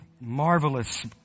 marvelous